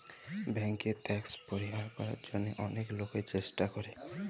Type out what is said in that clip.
ব্যাংকে ট্যাক্স পরিহার করার জন্যহে অলেক লোকই চেষ্টা করে